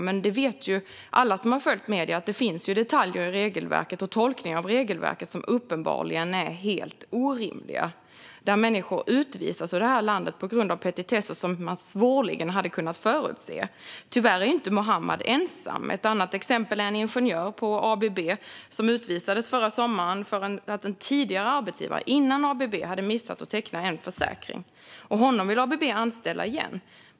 Men alla som har följt medierna vet att det finns detaljer i och tolkning av regelverket som uppenbarligen är helt orimliga, där människor utvisas ur det här landet på grund av petitesser som de svårligen hade kunnat förutse. Tyvärr är inte Muhammad ensam. Ett annat exempel är en ingenjör på ABB som utvisades förra sommaren för att en tidigare arbetsgivare, före ABB, hade missat att teckna en försäkring. Honom vill ABB anställa igen.